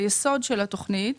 ביסוד של התוכנית